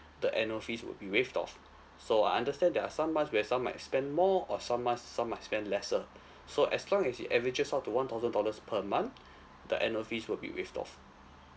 the annual fees would be waived off so I understand there are some months where some might spend more or some months some might spend lesser so as long as it averages out to one thousand dollars per month the annual fees will be waived off